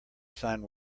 sign